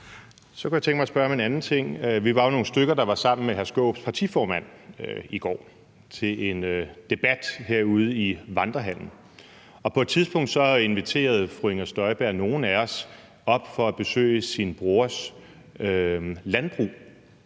Så kunne jeg tænke mig at spørge om en anden ting. Vi var jo nogle stykker, der var sammen med hr. Peter Skaarups partiformand i går til en debat herude i Vandrehallen. På et tidspunkt inviterede fru Inger Støjberg nogle af os op for at besøge sin brors landbrug.